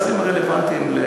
השרים הרלוונטיים,